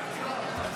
אדוני היושב-ראש,